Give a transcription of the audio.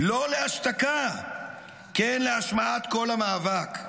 לא להשתקה, כן להשמעת קול המאבק.